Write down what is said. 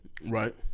Right